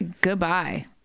goodbye